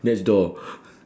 next door